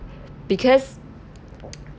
because